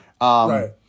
Right